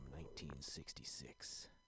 1966